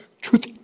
truth